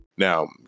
Now